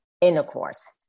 intercourse